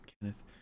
Kenneth